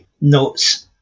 notes